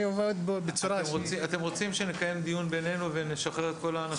אתם רוצים שנקיים דיון בינינו ונשחרר את כל האנשים?